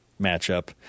matchup